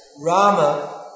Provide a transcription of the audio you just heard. Rama